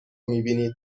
میبینید